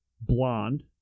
blonde